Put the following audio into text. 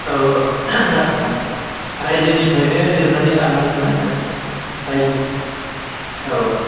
जागोन सार रायजोनिफ्रायनो लिरनानै लानांगोन ना सार रायजो औ